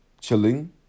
Chilling